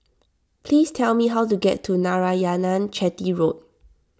please tell me how to get to Narayanan Chetty Road